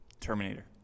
Terminator